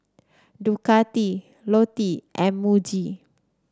Ducati Lotte and Muji